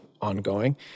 ongoing